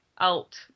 out